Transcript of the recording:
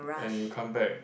and you come back